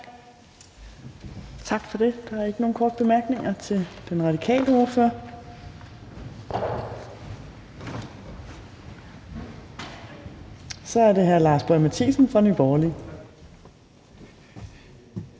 Tak for det. Der er ikke nogen korte bemærkninger til den radikale ordfører. Så er det hr. Lars Boje Mathiesen fra Nye Borgerlige.